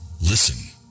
Listen